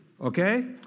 Okay